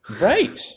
right